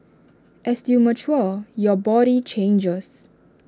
as you mature your body changes